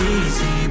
easy